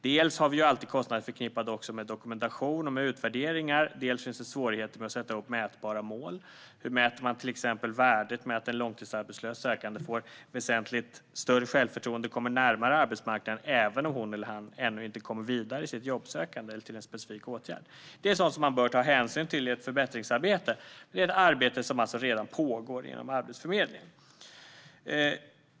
Dels finns det alltid kostnader förknippade med dokumentation och utvärderingar, dels finns det svårigheter att sätta upp mätbara mål. Hur mäter man till exempel värdet av att en långtidsarbetslös sökande får väsentligt större självförtroende och kommer närmare arbetsmarknaden, även om hon eller han ännu inte kommit vidare i sitt jobbsökande eller till en specifik åtgärd? Det är sådant som man bör ta hänsyn till i ett förbättringsarbete. Det är ett arbete som alltså redan pågår inom Arbetsförmedlingen.